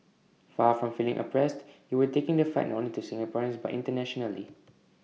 far from feeling oppressed you were taking the fight not only to Singaporeans but internationally